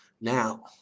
Now